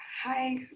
Hi